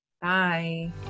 Bye